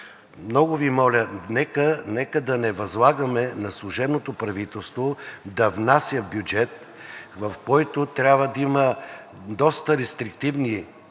Много Ви моля, нека да не възлагаме на служебното правителство да внася бюджет, в който трябва да има доста рестриктивни